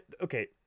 okay